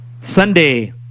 sunday